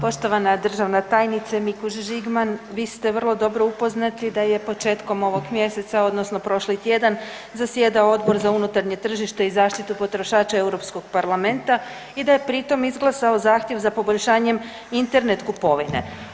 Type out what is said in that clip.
Poštovana državna tajnice Mikuš Žigman, vi ste vrlo dobro upoznati da je početkom ovog mjeseca odnosno prošli tjedan zasjedao Odbor za unutarnje tržište i zaštitu potrošača Europskog parlamenta i da je pri tom izglasao zahtjev za poboljšanjem Internet kupovine.